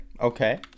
okay